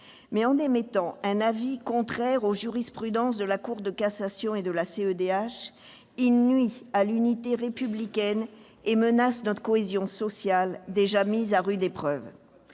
en émettant un avis contraire aux jurisprudences de la Cour de cassation et de la CEDH, il nuit à l'unité républicaine et menace notre cohésion sociale, déjà mise à rude épreuve.